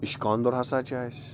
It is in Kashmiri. اِشہِ کانٛدُر ہَسا چھُ اسہِ